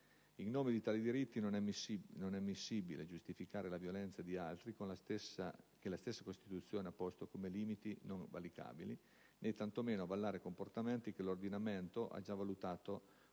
In nome di tali diritti, non è ammissibile giustificare la violazione di altri che la stessa Costituzione ha posto come limiti non valicabili, né, tanto meno, avallare comportamenti che l'ordinamento ha già valutato